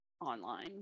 online